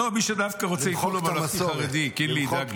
מי שרוצה יוכל להיות, קינלי ידאג לו.